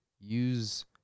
use